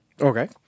Okay